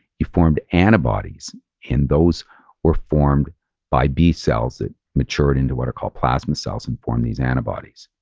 you formed antibodies and those were formed by b-cells that matured into what are called plasma cells and formed these antibodies.